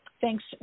Thanks